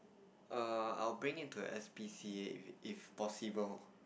err I will bring it a S_P_C_A if if possible